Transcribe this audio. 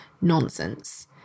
nonsense